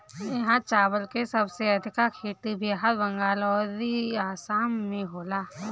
इहा चावल के सबसे अधिका खेती बिहार, बंगाल अउरी आसाम में होला